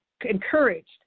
encouraged